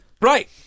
Right